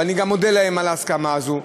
אני מודה להם על ההסכמה הזו,